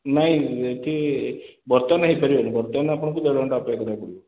ନାହିଁ ଏଠି ବର୍ତ୍ତମାନ ହେଇପାରିବନି ବର୍ତ୍ତମାନ ଆପଣଙ୍କୁ ଦେଢ଼ ଘଣ୍ଟା ଅପେକ୍ଷା କରିବାକୁ ପଡ଼ିବ